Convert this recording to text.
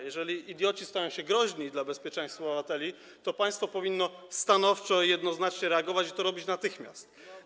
Jeżeli idioci stają się groźni dla bezpieczeństwa obywateli, to państwo powinno stanowczo i jednoznacznie reagować i robić to natychmiast.